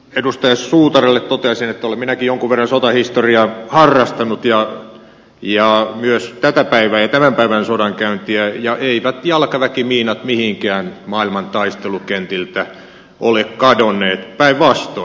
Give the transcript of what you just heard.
edustaja suutarille toteaisin että olen minäkin jonkun verran sotahistoriaa harrastanut ja myös tätä päivää ja tämän päivän sodankäyntiä ja eivät jalkaväkimiinat mihinkään maailman taistelukentiltä ole kadonneet päinvastoin